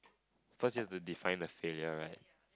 first you have to define the failure right